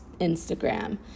instagram